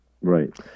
Right